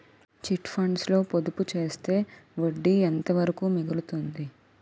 Chit funds లో పొదుపు చేస్తే వడ్డీ ఎంత వరకు మిగులుతుంది?